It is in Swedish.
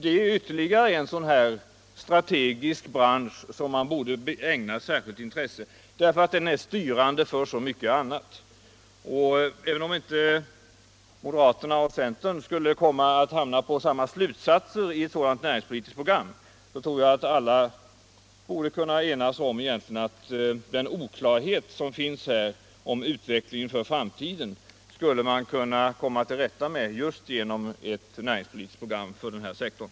Det är ännu en sådan här strategisk bransch som man ägnar särskilt intresse åt, därför att den är styrande för så mycket annat. Även om inte moderaterna och centern skulle komma till samma slutsatser i ett sådant näringspolitiskt program tror jag ändå att alla borde kunna enas om att den oklarhet som nu finns om utvecklingen i framtiden skulle man kunna komma till rätta med just genom ett näringspolitiskt program för den sektorn.